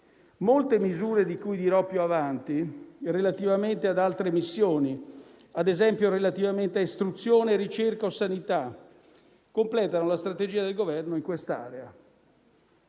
Molte misure di cui dirò più avanti relativamente ad altre missioni, ad esempio relativamente a istruzione e ricerca o sanità, completano la strategia del Governo in questa area.